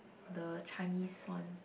the Chinese one